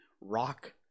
rock